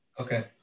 Okay